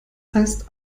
heißt